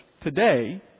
today